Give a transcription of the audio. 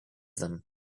them